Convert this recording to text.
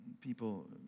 People